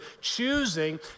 choosing